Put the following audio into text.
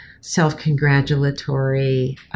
self-congratulatory